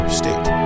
state